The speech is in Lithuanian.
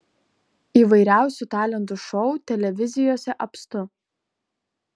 įvairiausių talentų šou televizijose apstu